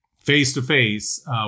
face-to-face